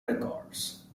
records